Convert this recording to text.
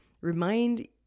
Remind